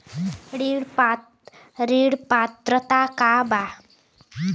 ऋण पात्रता का बा?